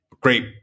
great